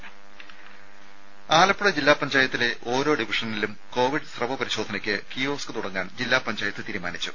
രുമ ആലപ്പുഴ ജില്ലാ പഞ്ചായത്തിലെ ഓരോ ഡിവിഷനിലും കോവിഡ് സ്രവപരിശോധനയ്ക്ക് കിയോസ്ക് തുടങ്ങാൻ ജില്ലാ പഞ്ചായത്ത് തീരുമാനിച്ചു